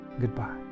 Goodbye